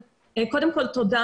קודם כל, תודה.